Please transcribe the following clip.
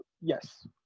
yes